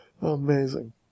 Amazing